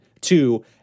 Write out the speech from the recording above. two